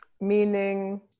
Meaning